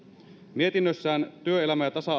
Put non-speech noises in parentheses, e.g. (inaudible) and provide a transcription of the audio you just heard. mietinnössään työelämä ja tasa (unintelligible)